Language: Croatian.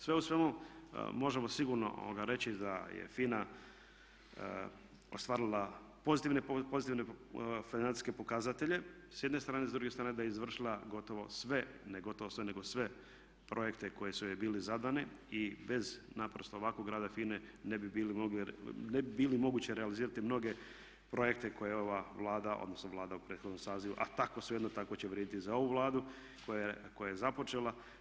Sve u svemu možemo sigurno reći da je FINA ostvarila pozitivne financijske pokazatelje s jedne strane, s druge strane da je izvršila gotovo sve, ne gotovo sve nego sve projekte koji su joj bili zadani i bez naprosto ovakvog rada FINA-e ne bi bilo moguće realizirati mnoge projekte koje je ova Vlada odnosno Vlada u prethodnom sazivu, a tako svejedno, tako će vrijediti i za ovu Vladu, koja je započela.